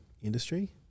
industry